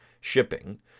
shipping